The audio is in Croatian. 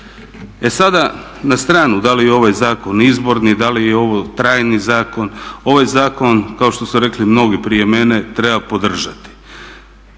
E sada, na stranu da li je ovaj Zakon izborni, da li je ovo trajni zakon, ovaj zakon kao što su rekli mnogi prije mene treba podržati.